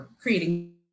creating